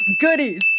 Goodies